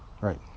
Right